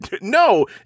No